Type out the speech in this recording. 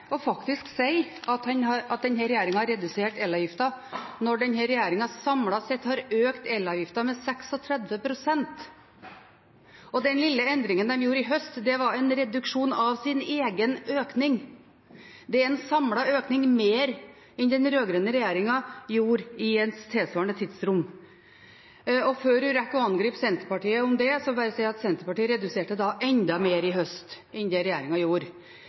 at denne regjeringen har redusert elavgiften, når denne regjeringen samlet sett har økt elavgiften med 36 pst. og den lille endringen de gjorde i høst, var en reduksjon av deres egen økning. Det er en samlet økning som er større enn den den rød-grønne regjeringen gjorde i et tilsvarende tidsrom. Før hun rekker å angripe Senterpartiet om det, vil jeg bare si at Senterpartiet reduserte enda mer i høst enn det regjeringen gjorde.